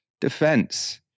defense